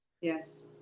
Yes